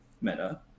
meta